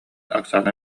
оксана